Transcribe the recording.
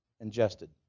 ingested